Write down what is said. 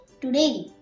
today